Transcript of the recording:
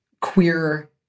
queer